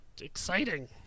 Exciting